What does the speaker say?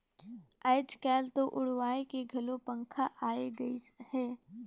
आयज कायल तो उड़वाए के घलो पंखा आये गइस हे